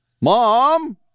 Mom